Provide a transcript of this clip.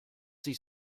sich